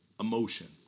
emotion